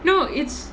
no it's